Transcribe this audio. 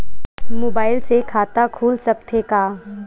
Mobile से खाता खुल सकथे का?